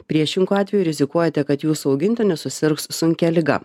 priešingu atveju rizikuojate kad jūsų augintinis susirgs sunkia liga